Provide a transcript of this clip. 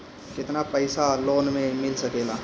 केतना पाइसा लोन में मिल सकेला?